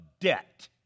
debt